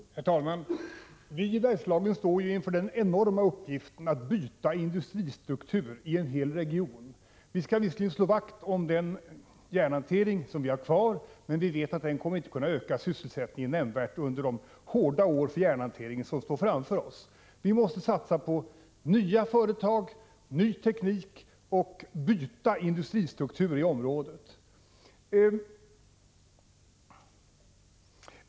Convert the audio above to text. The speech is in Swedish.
Herr talman! Vi i Bergslagen står inför den enorma uppgiften att byta industristruktur i en hel region. Vi skall visserligen slå vakt om den järnhantering vi har kvar, men vi vet att den inte kommer att kunna öka sysselsättningen nämnvärt under de för järnhanteringen hårda år som vi står inför. Vi måste alltså satsa på nya företag och ny teknik och byta industristruktur i området.